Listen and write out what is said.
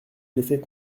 l’effet